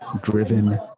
driven